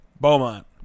Beaumont